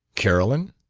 carolyn?